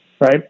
Right